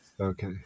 Okay